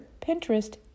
Pinterest